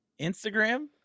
Instagram